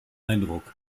eindruck